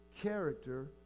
character